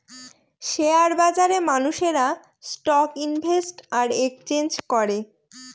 share বাজারে মানুষেরা stock invest আর এক্সচেঞ্জ করে